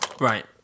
Right